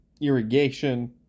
irrigation